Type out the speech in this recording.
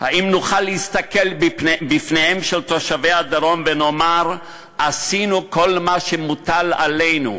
האם נוכל להסתכל בפניהם של תושבי הדרום ולומר: עשינו כל מה שמוטל עלינו?